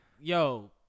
yo